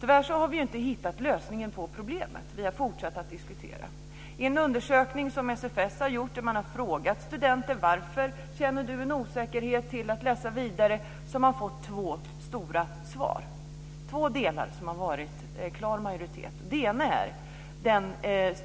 Tyvärr har vi inte hittat lösningen på problemet. Vi har fortsatt att diskutera. I en undersökning som SFS har gjort har man frågat studenter varför de känner en osäkerhet till att läsa vidare har det varit två delar som varit i klar majoritet som svar. Det ena är